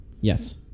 Yes